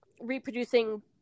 reproducing